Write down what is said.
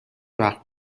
وقت